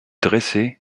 dressaient